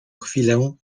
chwilę